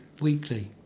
weekly